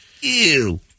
Ew